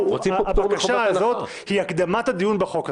הבקשה הזאת היא הקדמת הדיון בחוק הזה.